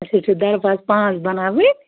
اَسہِ حظ چھِ درواز پانہٕ بناوٕنۍ